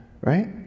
right